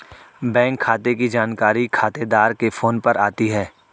bank खाते की जानकारी खातेदार के फोन पर आती है